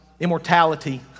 immortality